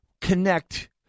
connect